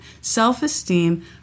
Self-esteem